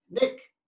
Nick